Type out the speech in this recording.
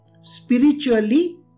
spiritually